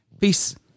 Peace